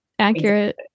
Accurate